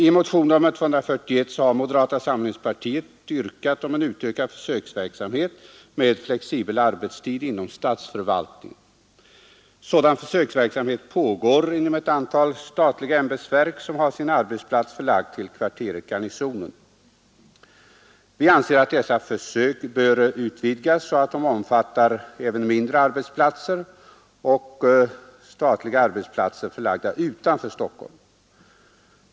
I motionen 241 har moderata samlingspartiet yrkat på en ökad försöksverksamhet med flexibel arbetstid inom statsförvaltningen. Sådan försöksverksamhet pågår inom ett antal statliga ämbetsverk, som har sin arbetsplats förlagd till kvarteret Garnisonen. Vi anser att dessa försök bör utvidgas så att de omfattar även mindre arbetsplatser och statliga arbetsplatser förlagda utanför Stockholm.